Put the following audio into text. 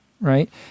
right